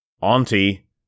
Auntie